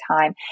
time